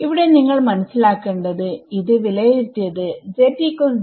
ഇവിടെ നിങ്ങൾ മനസ്സിലാക്കേണ്ടത് വിലയിരുത്തിയത് ൽ ആണ്